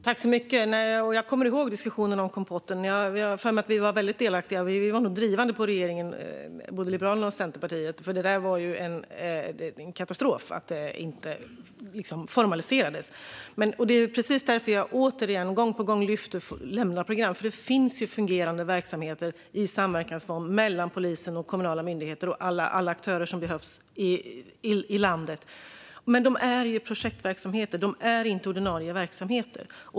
Herr talman! Jag kommer ihåg diskussionen om Kompotten. Jag har för mig att vi var delaktiga, och både Liberalerna och Centerpartiet drev på regeringen. Det var en katastrof att den inte formaliserades. Gång på gång lyfter jag upp lämnaprogram. Det finns fungerande verksamheter i samverkansform mellan polisen, kommunala myndigheter och alla aktörer som behövs i landet. Men de är projektverksamheter - inte ordinarie verksamheter.